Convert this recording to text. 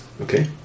Okay